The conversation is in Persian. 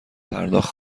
پرداخت